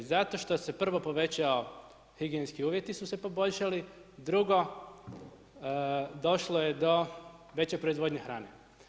Zato štose prvo povećao, higijenski uvjeti su se poboljšali, drugo, došlo je do veće proizvodnje hrane.